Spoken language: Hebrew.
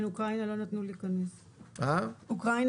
כן, אוקראינה לא נתנו להיכנס, היה משבר.